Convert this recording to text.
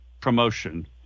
promotion